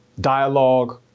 dialogue